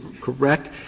correct –